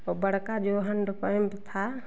बड़का जो हैंडपइप था